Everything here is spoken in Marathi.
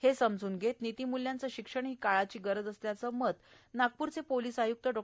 हे समजुन घेत नितिमुल्यांचं शिक्षण ही काळाची गरज असल्याचं मत नागपूरचे पोलीस आय्रक्त डॉ